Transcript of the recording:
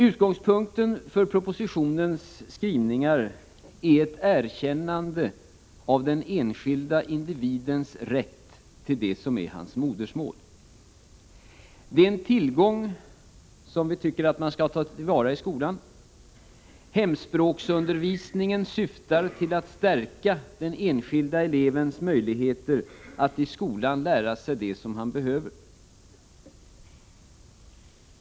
Utgångspunkten för propositionens skrivningar är ett erkännande av den enskilda individens rätt till det som är hans modersmål. Det är en tillgång som vi tycker att man skall ta till vara i skolan. Hemspråksundervisningen syftar till att stärka den enskilde elevens möjligheter att i skolan lära sig det som han behöver.